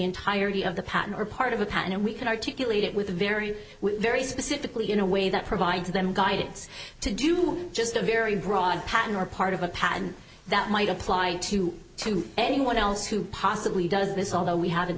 entirety of the patent or part of a pattern and we can articulate it with a very very specifically in a way that provides them guidance to do just a very broad pattern or part of a patent that might apply to anyone else who possibly does this although we haven't